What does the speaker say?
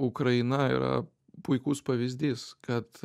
ukraina yra puikus pavyzdys kad